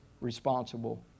responsible